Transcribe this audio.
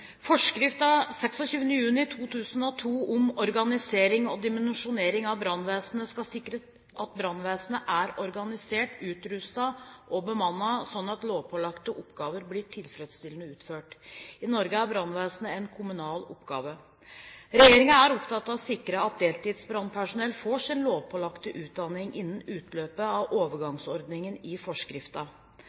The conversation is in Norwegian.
juni 2002 om organisering og dimensjonering av brannvesenet skal sikre at brannvesenet er organisert, utrustet og bemannet slik at lovpålagte oppgaver blir tilfredsstillende utført. I Norge er brannvesenet en kommunal oppgave. Regjeringen er opptatt av å sikre at deltidsbrannpersonell får sin lovpålagte utdanning innen utløpet av overgangsordningen i